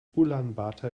ulaanbaatar